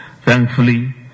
Thankfully